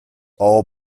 all